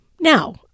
Now